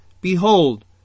Behold